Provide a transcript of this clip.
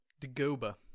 dagoba